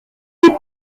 des